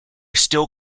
still